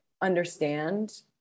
understand